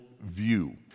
view